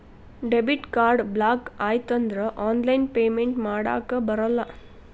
debit card block ಆಯ್ತಂದ್ರ online payment ಮಾಡಾಕಬರಲ್ಲ